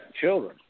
children